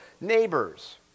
neighbors